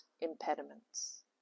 impediments